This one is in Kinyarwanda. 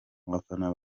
abafana